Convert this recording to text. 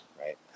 right